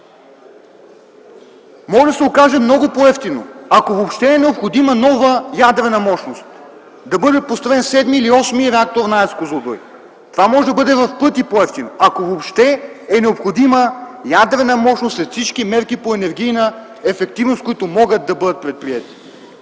Може да се окаже много по-евтино, ако въобще е необходима нова ядрена мощност, да бъде построен VІІ или VІІІ реактор на АЕЦ „Козлодуй”. Това може да бъде в пъти по-евтино, ако въобще е необходима ядрена мощност сред всички мерки по енергийна ефективност, които могат да бъдат предприети.